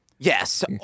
Yes